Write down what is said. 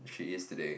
she is today